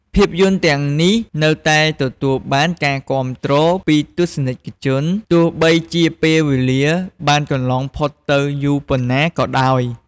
ភាពយន្តទាំងនេះនៅតែទទួលបានការគាំទ្រពីទស្សនិកជន ទោះបីជាពេលវេលាបានកន្លងផុតទៅយូរប៉ុណ្ណោះក៏ដោយ។